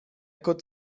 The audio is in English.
could